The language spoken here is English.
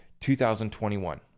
2021